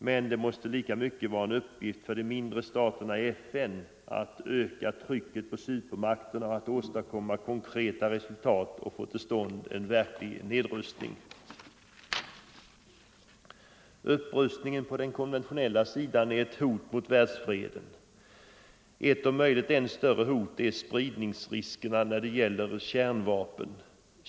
Men det måste lika mycket vara en uppgift för de mindre staterna i FN att öka trycket på supermakterna, att åstadkomma konkreta resultat och att få till stånd en verklig nedrustning. Upprustningen på den konventionella sidan är ett hot mot världsfreden. Ett om möjligt än större hot är spridningsriskerna när det gäller kärnvapen.